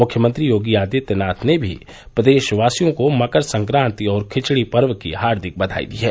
मुख्यमंत्री योगी आदित्यनाथ ने भी प्रदेशवासियों को मकर संक्रांति और खिचड़ी पर्व की हार्दिक बधाई दी है